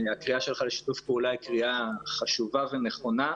הקריאה שלך לשיתוף פעולה, היא קריאה חשובה ונכונה.